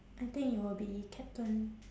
I think you will be captain